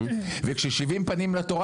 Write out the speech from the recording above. וכש-70 פנים לתורה,